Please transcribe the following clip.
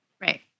right